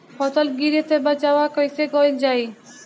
फसल गिरे से बचावा कैईसे कईल जाई?